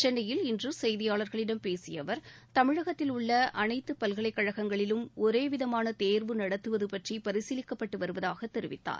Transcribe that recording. சென்னையில் இன்றுசெய்தியாளர்களிடம் பேசியஅவர் தமிழகத்தில் உள்ள அனைத்து பல்கலைக்கழகங்களிலும் ஒரேவிதமானதேர்வு நடத்துவதுபற்றிபரிசீலிக்கப்பட்டுவருவதாகத் தெரிவித்தார்